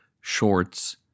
shorts